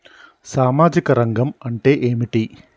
సామాజిక రంగం అంటే ఏమిటి?